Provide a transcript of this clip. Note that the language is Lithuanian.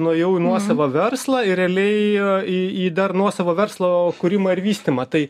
nuėjau į nuosavą verslą ir realiai į į dar nuosavo verslo kūrimą ir vystymą tai